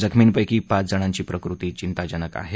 जखमींपैकी पाच जणांची प्रकृती थिंताजनक आहे